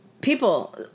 people